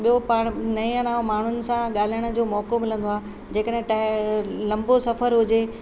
ॿियों पाण नयां नवां माण्हुनि सां ॻाल्हाइण जो मौक़ो मिलंदो आहे जेकॾहिं लंबो सफर हुजे